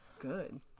good